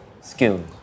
skill